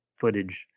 footage